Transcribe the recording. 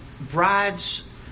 bride's